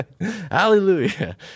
hallelujah